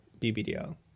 BBDO